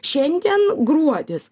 šiandien gruodis